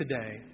today